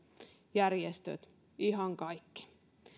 järjestöt ihan kaikki